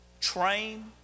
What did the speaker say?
train